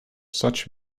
such